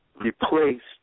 replaced